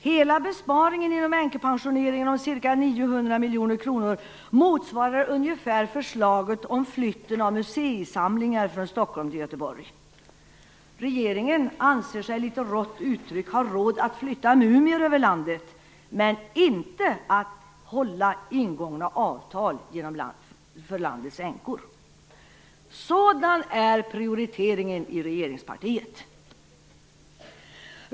Hela besparingen inom änkepensioneringen om ca 900 miljoner kronor motsvarar ungefär förslaget om flytten av museisamlingar från Stockholm till Göteborg. Regeringen anser sig litet rått uttryckt ha råd att flytta mumier över landet men inte att hålla ingångna avtal gentemot landets änkor! Sådan är prioriteringen i regeringspartiet!